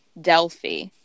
Delphi